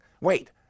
Wait